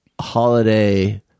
holiday